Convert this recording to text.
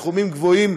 בסכומים גבוהים,